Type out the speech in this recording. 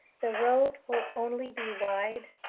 the road will only be wide.